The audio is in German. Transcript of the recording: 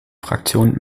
fraktion